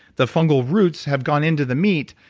the fungal roots have gone into the meat.